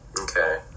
Okay